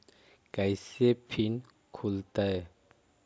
कैसे फिन खुल तय?